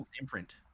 imprint